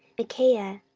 micaiah,